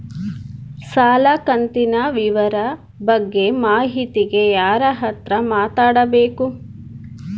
ಸಾಲ ಕಂತಿನ ವಿವರ ಬಗ್ಗೆ ಮಾಹಿತಿಗೆ ಯಾರ ಹತ್ರ ಮಾತಾಡಬೇಕು?